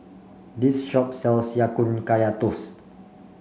this shop sells Ya Kun Kaya Toast